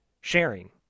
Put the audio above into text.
sharing